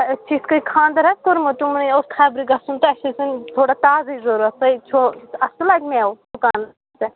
اَسہِ چھِ یِتھٕ کٔنۍ خانٛدر حظ کوٚرمُت تِمنٕے اوس خبرٕ گژھُن تہٕ اَسہِ ٲسۍ وۅنۍ تھوڑا تازٕے ضروٗرت تۄہہِ چھُو اَصٕل اَتہِ مٮ۪وٕ دُکانَس پٮ۪ٹھ